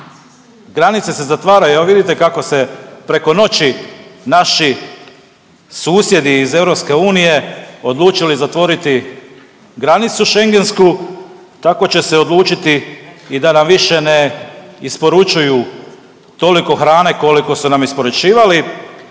Granice se zatvaraju, evo vidite kako se preko noći naši susjedi iz EU odlučili zatvoriti granicu schengensku tako će se odlučiti i da nam više ne isporučuju toliko hrane koliko su nam isporučivali,